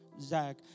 Zach